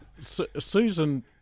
Susan